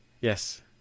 Yes